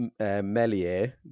Melier